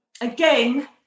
Again